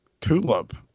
Tulip